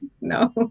No